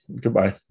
Goodbye